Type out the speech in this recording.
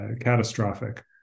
catastrophic